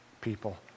people